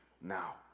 now